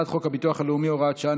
הצעת חוק הביטוח הלאומי (הוראת שעה,